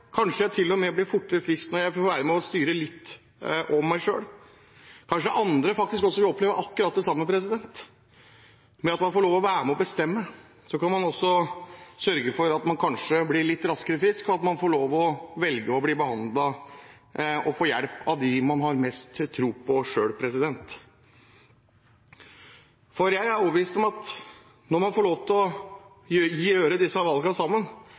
Kanskje jeg til og med blir fortere frisk når jeg får være med og styre litt over meg selv? Kanskje andre også vil oppleve akkurat det samme når man får lov til å være med og bestemme? Så kan man også sørge for at man kanskje blir litt raskere frisk, og at man får lov til å velge å bli behandlet og få hjelp av dem man har mest tro på selv. Jeg er overbevist om at når man får lov til å gjøre disse valgene sammen,